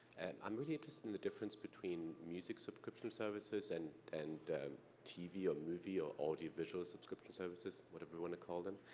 and i'm really interested in the difference between music subscription services, and and tv or movie, or audiovisual subscription services, whatever you want to call them,